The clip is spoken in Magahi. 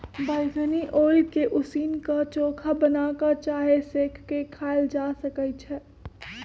बइगनी ओल के उसीन क, चोखा बना कऽ चाहे सेंक के खायल जा सकइ छै